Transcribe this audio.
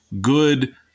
good